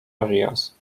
areas